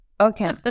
Okay